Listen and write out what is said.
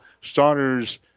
starters